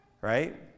Right